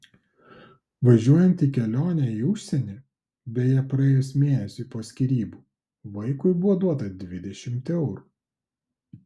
važiuojant į kelionę į užsienį beje praėjus mėnesiui po skyrybų vaikui buvo duota dvidešimt eurų